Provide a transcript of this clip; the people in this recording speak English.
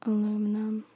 Aluminum